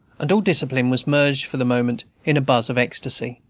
and all discipline was merged, for the moment, in a buzz of ecstasy.